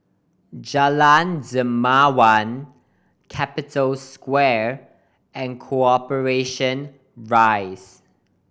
Jalan Dermawan Capital Square and Corporation Rise